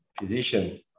physician